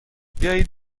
بیاید